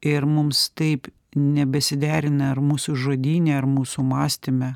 ir mums taip nebesiderina ar mūsų žodyne ar mūsų mąstyme